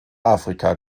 afrika